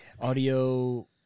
Audio